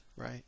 Right